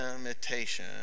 imitation